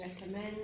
recommend